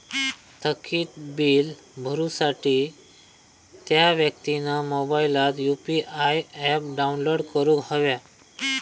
थकीत बील भरुसाठी त्या व्यक्तिन मोबाईलात यु.पी.आय ऍप डाउनलोड करूक हव्या